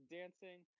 dancing